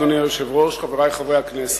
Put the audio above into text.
אדוני היושב-ראש, חברי חברי הכנסת,